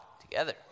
Together